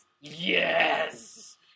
Yes